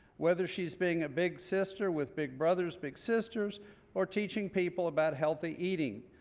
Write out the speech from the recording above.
whether she's being a big sister with big brothers big sisters or teaching people about healthy eating,